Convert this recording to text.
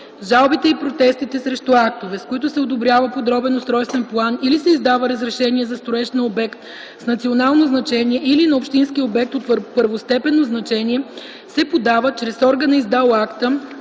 Жалбите и протестите срещу актове, с които се одобрява подробен устройствен план или се издава разрешение за строеж на обект с национално значение или на общински обект от първостепенно значение, се подават чрез органа, издал акта,